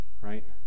right